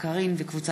קארין אלהרר,